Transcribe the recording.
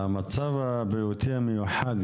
המצב הבריאותי המיוחד,